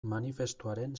manifestuaren